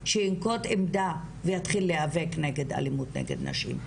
שינקוט עמדה ויתחיל להיאבק נגד האלימות נגד נשים.